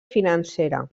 financera